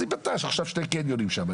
עכשיו יש שני קניונים עכשיו שם.